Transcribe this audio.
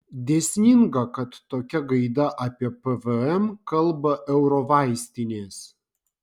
dėsninga kad tokia gaida apie pvm kalba eurovaistinės